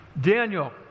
Daniel